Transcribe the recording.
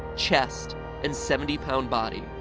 chest and seventy pound body.